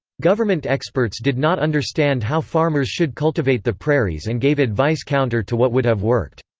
government experts did not understand how farmers should cultivate the prairies and gave advice counter to what would have worked.